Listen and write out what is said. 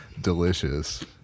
Delicious